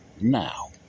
now